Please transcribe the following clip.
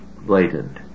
blatant